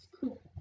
cool